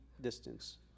distance